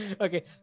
Okay